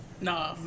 No